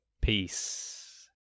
Peace